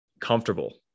comfortable